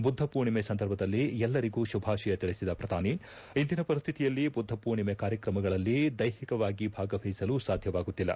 ಬುದ್ಧಪೂರ್ಣಿಮೆ ಸಂದರ್ಭದಲ್ಲಿ ಎಲ್ಲರಿಗೂ ಶುಭಾಷಯ ತಿಳಿಸಿದ ಪ್ರಧಾನಿ ಇಂದಿನ ಪರಿಸ್ಥಿತಿಯಲ್ಲಿ ಬುದ್ಧಪೂರ್ಣಿಮೆ ಕಾರ್ಯಕ್ರಮಗಳಲ್ಲಿ ದೈಹಿಕವಾಗಿ ಭಾಗವಹಿಸಲು ಸಾಧ್ಯವಾಗುತ್ತಿಲ್ಲ